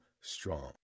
strong